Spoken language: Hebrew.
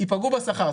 ייפגעו בשכר.